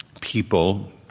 people